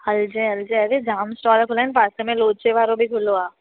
हलजय हलजय अरे जाम सारा खुलिया आहिनि पासे में लोचे वारो बि खुलियो आहे